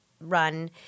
run